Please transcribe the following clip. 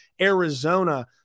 Arizona